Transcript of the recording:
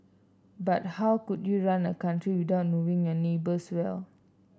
but how could you run a country without knowing your neighbours well